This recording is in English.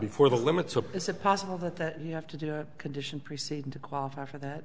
before the limit so is it possible that that you have to do a condition preceding to qualify for that